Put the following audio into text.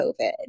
COVID